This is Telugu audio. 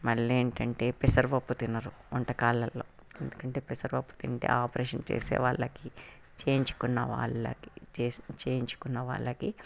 మళ్ళీ ఏంటంటే పెసరపప్పు తినరు వంటకాలలో ఎందుకంటే పెసరపప్పు తింటే ఆపరేషన్ చేసే వాళ్ళకి చేయించుకున్న వాళ్ళకి